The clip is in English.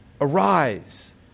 Arise